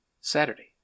Saturday